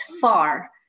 far